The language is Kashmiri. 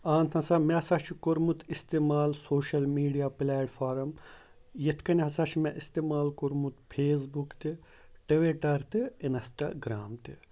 اَہَن ہسا مےٚ ہسا چھُ کوٚرمُت اِستعمال سوشَل میڈیا پٕلیٹفارَم یِتھ کَنۍ ہسا چھِ مےٚ اِستعمال کوٚرمُت فیسبُک تہِ ٹِوِٹَر تہِ اِنَسٹاگرٛام تہِ